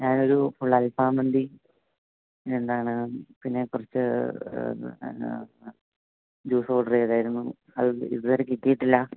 ഞാനൊരു ഫുൾ അൽഫാം മന്തി പിന്നെ എന്താണ് പിന്നെ കുറച്ച് പിന്നെ ജ്യൂസ് ഓർഡര് ചെയ്തായിരുന്നു അത് ഇതുവരെ കിട്ടിയിട്ടില്ല